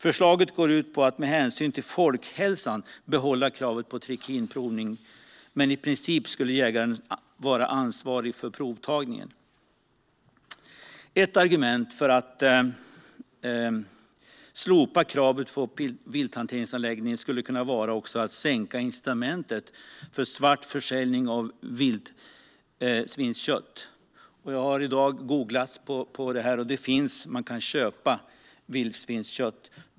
Förslaget går ut på att med hänsyn till folkhälsan behålla kravet på trikinprovtagning, men i princip skulle jägaren vara ansvarig för provtagningen. Ett argument för att slopa kravet på vilthanteringsanläggning skulle också kunna vara att det sänker incitamentet för svart försäljning av vildsvinskött. Jag har i dag googlat på det här och sett att man kan köpa vildsvinskött.